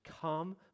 come